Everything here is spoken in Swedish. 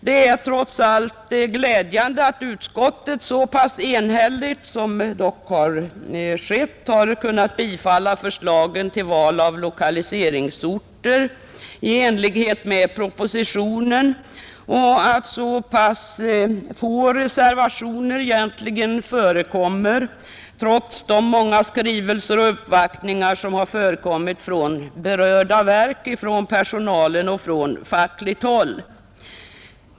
Det är glädjande att utskottet så enhälligt som dock har skett har kunnat tillstyrka förslagen i propositionen om val av lokaliseringsorter och att det finns så få reservationer trots de många skrivelser och uppvaktningar som har förekommit från berörda verk, från personalen och från fackligt håll.